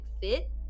fit